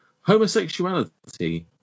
homosexuality